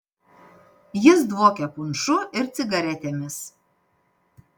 jis dvokė punšu ir cigaretėmis